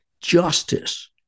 justice